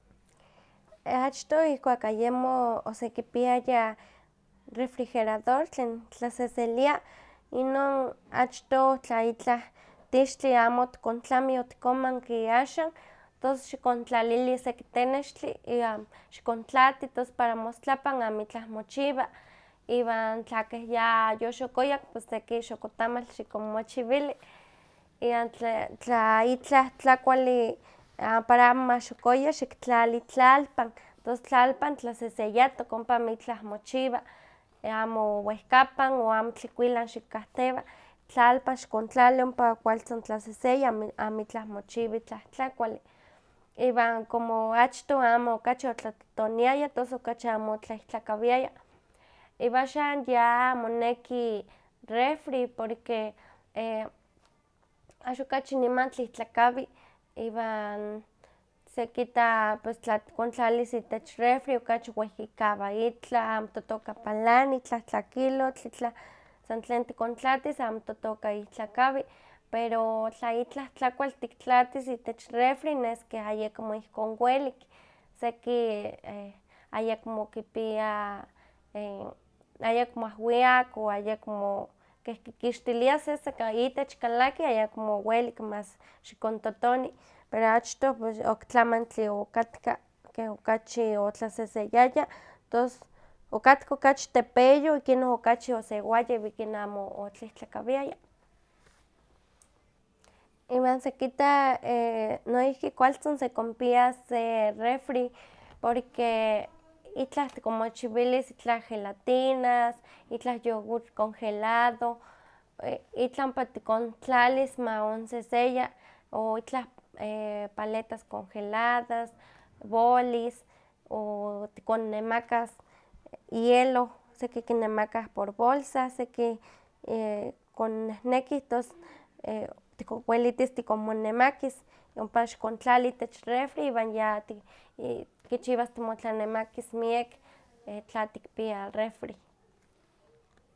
Achtoh ihkuak ayemo osekipiaya refrigerador tlen tlaseselia, inon achtoh tla itlah tixtli amo otikontlamih, otikonmanki axan, tos xikontlalili seki tenextli iwan xikontlati tos para mostlapan amitlah mochiwa, iwan tla keh ya yayoxokoyak, pos seki xokotamal xikonmochiwili, iwan tla tla itlah tlakuali para amo maxokoya, xiktlali tlalpan, tos tlalpan tlaseseyatok ompa amitlah mochiwa, amo wehkapan o amo tlikuilan xikahtewa, tlalpan xikontlali ompa kualtzin tlaseseya amitlah amitlah mochiwa itlah tlakualli. Iwan como achtoh amo okachi otlatotoniaya tos okachi amo otlaihtlakawiaya. Iwan axan ya moneki refri porque axan okachi niman tlaihtlakawi iwan sekita pus tlatikontlalis itech refri pues okachi wehkikawa itlah, amo totoka palani itlah tlakilotl, itlah san tlen tikontlatis amo totoka ihtlakawi, pero tla itlah tlakual tiktlatis itech refri nes ke ayekmo ihkon welik, seki ayekmo kipia ayekmo ahwiak o ayekmo keh kikixtilia sesek itech kalaki ayekmo welik mas xikontotoni, pero achtoh pues oktlamantli okatka, keh okachi otlaseseyaya, tos okatka okachi tepeyoh, ikinon okachi osewaya iwan ikinon amo otlaihtlakawiaya. Iwan sekita noihki kualtzin sekonpias se refri porque itlah tikonmochiwilis itlah gelatinas, itlah yogur congelado, itlah ompa tikontlalis ma onseseya, o itlah paletas congeladas, bolis, o tikonnemakas hielo, seki kinemaka por bolsa, seki konnehneki, tos welitis tikonmonemakis, ompa xokontlai itech refri, iwan kichiwas timotlanemakis miek, tla tikpia refri.